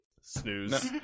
Snooze